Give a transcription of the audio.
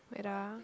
wait ah